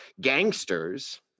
gangsters